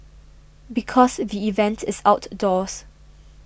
because the event is outdoors